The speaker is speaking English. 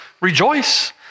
Rejoice